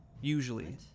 Usually